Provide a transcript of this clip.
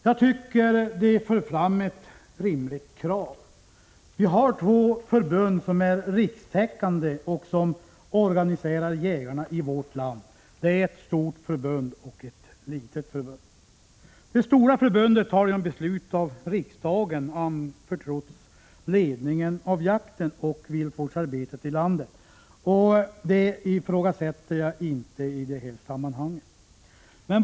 Jag tycker de för fram ett rimligt krav. Vi har två förbund som är rikstäckande och som organiserar jägarna i vårt land, ett stort förbund och ett litet. Det stora förbundet har genom beslut av Prot. 1985/86:140 riksdagen anförtrotts ledningen av jaktoch viltvårdsarbetet i landet, och 14 maj 1986 detta ifrågasätter jag inte i det här sammanhanget.